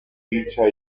dicha